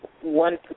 one